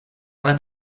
ale